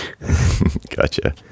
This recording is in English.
Gotcha